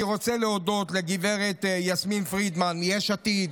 אני רוצה להודות לגב' יסמין פרידמן מיש עתיד,